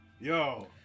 Yo